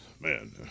Man